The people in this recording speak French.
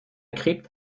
crypte